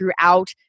throughout